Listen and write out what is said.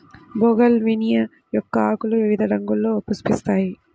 bougainvillea మొక్క ఆకులు వివిధ రంగుల్లో పుష్పిస్తాయి